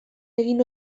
egin